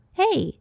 hey